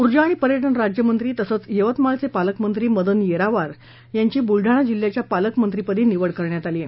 ऊर्जा आणि पर्यटन राज्यमंत्री तसंच यवतमाळचे पालकमंत्री मदन येरावार यांची बूलडाणा जिल्हयाच्या पालकमंत्री पदी निवड करण्यात आली आहे